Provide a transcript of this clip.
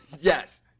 yes